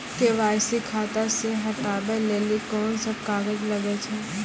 KYC खाता से हटाबै लेली कोंन सब कागज लगे छै?